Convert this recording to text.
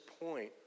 point